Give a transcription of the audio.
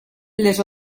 les